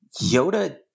Yoda